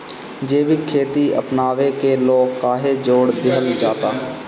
जैविक खेती अपनावे के लोग काहे जोड़ दिहल जाता?